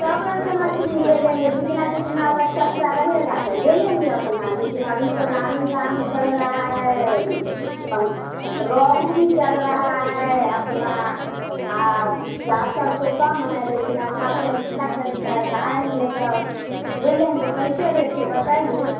सब रंग के मछली ले लेंगे जितना जितना अवश्यकता रहेगा तो ले लेंगे अपना लेकिन अभी तो नामी नामी चल रहा है हम रोहू भी चल रहा है अपना आ जासर तो कम है लेकिन अपना अपना इच्छा के अनुसार तो आएँगे तो ले लेंगे कैसे रेट है बताइए